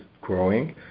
growing